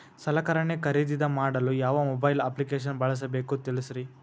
ಸಲಕರಣೆ ಖರದಿದ ಮಾಡಲು ಯಾವ ಮೊಬೈಲ್ ಅಪ್ಲಿಕೇಶನ್ ಬಳಸಬೇಕ ತಿಲ್ಸರಿ?